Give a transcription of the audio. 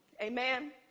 amen